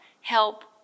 help